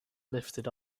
lifted